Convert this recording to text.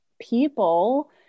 people